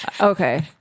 Okay